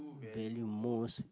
value most